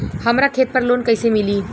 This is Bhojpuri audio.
हमरा खेत पर लोन कैसे मिली?